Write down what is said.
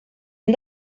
hem